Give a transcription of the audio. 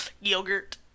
yogurt